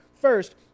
First